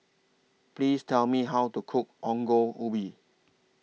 Please Tell Me How to Cook Ongol Ubi